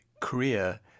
Korea